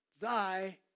thy